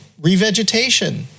revegetation